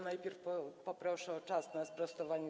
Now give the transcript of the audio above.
Najpierw poproszę o czas na sprostowanie.